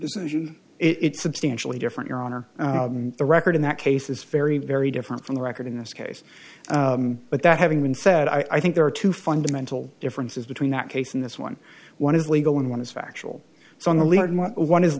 decision it's substantially different your honor the record in that case is very very different from the record in this case but that having been said i think there are two fundamental differences between that case in this one one is legal and one is factual